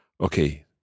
Okay